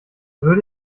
würde